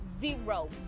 Zero